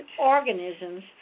organisms